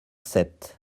sept